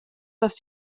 dass